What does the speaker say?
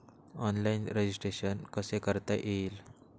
Online registration कसे करता येईल?